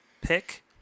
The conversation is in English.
pick